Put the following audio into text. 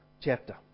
chapter